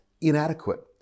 inadequate